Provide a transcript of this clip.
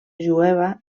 jueva